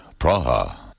Praha